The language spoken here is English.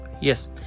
Yes